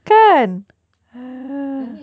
kan